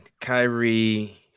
kyrie